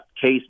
case